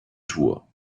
tour